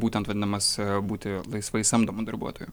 būtent vadinamas būti laisvai samdomu darbuotoju